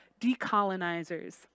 decolonizers